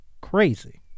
Crazy